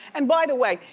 and by the way,